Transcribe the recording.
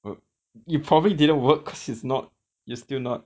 uh it probably didn't work cause it's not you still not